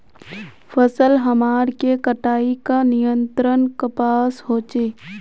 फसल हमार के कटाई का नियंत्रण कपास होचे?